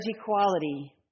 Equality